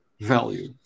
value